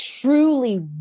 truly